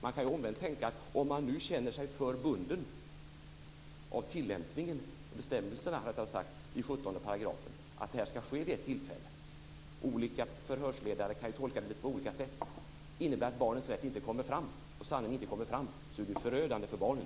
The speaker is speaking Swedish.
Vi kan vända på det: Om man nu känner sig för bunden av bestämmelserna i 17 § om att detta ska ske vid ett tillfälle - olika förhörsledare kan ju tolka det på lite olika sätt - och det innebär att barnens rätt och sanningen inte kommer fram, så är det ju förödande för barnen.